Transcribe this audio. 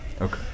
okay